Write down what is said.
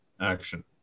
action